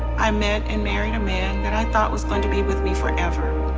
i met and married a man that i thought was going to be with me forever,